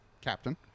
captain